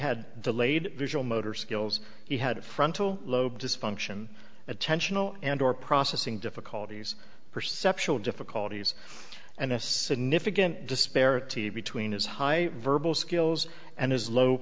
had delayed visual motor skills he had frontal lobe dysfunction attentional and or processing difficulties perceptual difficulties and a significant disparity between his high verbal skills and his low